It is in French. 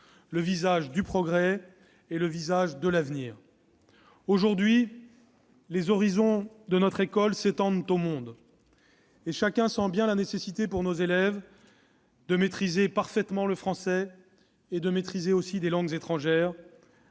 le visage du progrès et celui de l'avenir. Aujourd'hui, les horizons de notre école s'étendent au monde, et chacun sent bien la nécessité pour nos élèves de maîtriser parfaitement le français ainsi que des langues étrangères